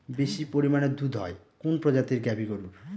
বেশি পরিমানে দুধ হয় কোন প্রজাতির গাভি গরুর?